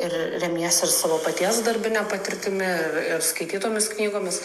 ir remiesi ir savo paties darbine patirtimi ir ir skaitytomis knygomis